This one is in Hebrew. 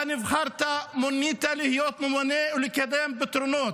אתה נבחרת, מונית, להיות ממונה ולקדם פתרונות.